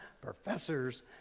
professors